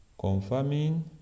confirming